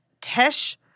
Tesh